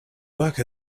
work